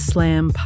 Slam